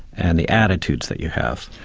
and the attitudes that you have.